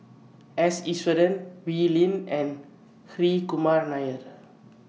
S Iswaran Wee Lin and Hri Kumar Nair